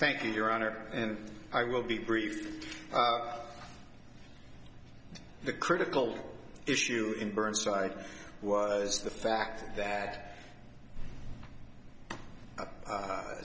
thank you your honor and i will be brief the critical issue in burnside was the fact that